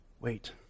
Wait